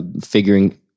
figuring